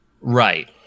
Right